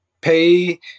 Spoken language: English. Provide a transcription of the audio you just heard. pay